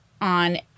on